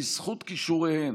בזכות כישוריהן,